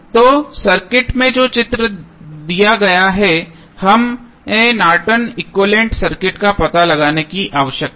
तो सर्किट में जो चित्र में दिया गया है हमें Norton equivalent circuit Nortons equivalent circuit का पता लगाने की आवश्यकता है